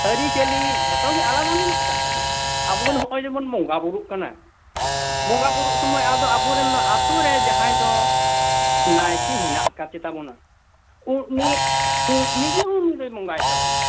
ᱟᱨᱤ ᱪᱟᱞᱤ ᱡᱷᱚᱛᱚ ᱜᱮ ᱟᱞᱟᱫᱟ ᱢᱮᱱᱟᱜ ᱟᱠᱟᱫ ᱛᱟᱵᱚᱱᱟ ᱟᱵᱚ ᱦᱚᱜᱼᱚᱭ ᱡᱮᱢᱚᱱ ᱵᱚᱝᱜᱟ ᱵᱩᱨᱩᱜ ᱠᱟᱱᱟ ᱵᱚᱝᱜᱟ ᱵᱩᱨᱩ ᱥᱚᱢᱚᱭ ᱟᱫᱚ ᱟᱵᱚᱨᱮᱱ ᱟᱹᱛᱩᱨᱮ ᱡᱟᱦᱟᱸᱭ ᱫᱚ ᱱᱟᱭᱠᱮ ᱦᱮᱱᱟᱜ ᱠᱟᱫᱮ ᱛᱟᱵᱚᱱᱟ ᱛᱳ ᱩᱱᱤ ᱩᱱᱤᱜᱮ ᱩᱱᱨᱮ ᱵᱚᱝᱜᱟᱭ ᱛᱟᱵᱚᱱᱟ